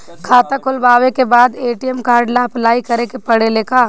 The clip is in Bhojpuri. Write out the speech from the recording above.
खाता खोलबाबे के बाद ए.टी.एम कार्ड ला अपलाई करे के पड़ेले का?